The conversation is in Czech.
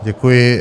Děkuji.